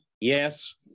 Yes